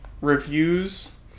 reviews